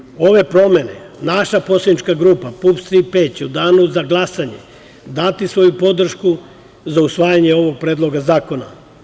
Imajući u vidu ove promene, naša poslanička grupa PUPS – „Tri P“, će u danu za glasanje dati svoju podršku za usvajanje ovog predloga zakona.